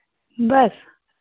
बस